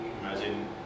imagine